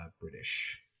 British